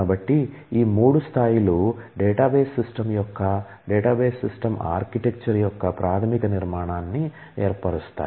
కాబట్టి ఈ మూడు స్థాయిలు డేటాబేస్ సిస్టమ్ యొక్క డేటాబేస్ సిస్టమ్ ఆర్కిటెక్చర్ యొక్క ప్రాథమిక నిర్మాణాన్ని ఏర్పరుస్తాయి